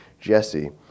Jesse